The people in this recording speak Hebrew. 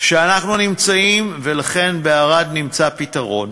שאנחנו נמצאים, ולכן בערד נמצא פתרון,